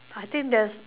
I think there's